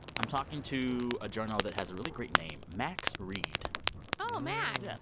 i'm talking to a journo that has a really great name, max read oh, max yeah.